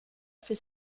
fait